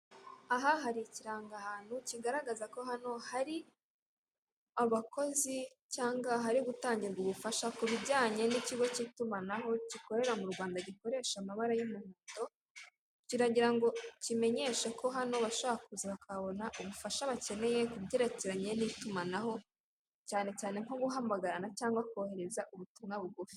Aha hari ikiranga ahantu kigaragaza ko hano hari abakozi, cyangwa hari gutangirwa ubufasha ku bijyanye n'ikigo cy'itumanaho kikorera mu Rwanda gikoresha amabara y'umuhondo kiragira ngo ikimenyeshe ko hano bashobora kuza bakabona ubufasha bakeneye kubyerekeranye n'itumanaho, cyane cyane nko guhamagarana cyangwa kohereza ubutumwa bugufi.